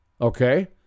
Okay